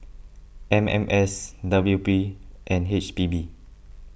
M M S W P and H P B